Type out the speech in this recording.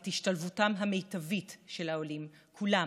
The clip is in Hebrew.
את השתלבותם המיטבית של העולים כולם,